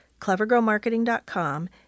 clevergrowmarketing.com